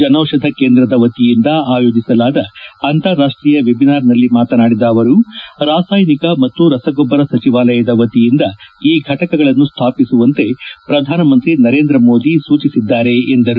ಜನೌಷಧ ಕೇಂದ್ರದ ವತಿಯಿಂದ ಆಯೋಜಿಸಲಾದ ಅಂತಾರಾಷ್ಷೀಯ ವೆಬಿನಾರ್ ನಲ್ಲಿ ಮಾತನಾಡಿದ ಅವರು ರಾಸಾಯನಿಕ ಮತ್ತು ರಸಗೊಬ್ಲರ ಸಚಿವಾಲಯದ ವತಿಯಿಂದ ಈ ಘಟಕಗಳನ್ನು ಸ್ಥಾಪಿಸುವಂತೆ ಪ್ರಧಾನಮಂತ್ರಿ ನರೇಂದ್ರ ಮೋದಿ ಸೂಚಿಸಿದ್ದಾರೆ ಎಂದರು